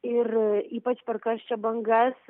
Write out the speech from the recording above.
ir ypač per karščio bangas